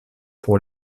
pour